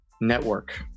network